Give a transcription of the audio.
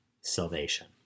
salvation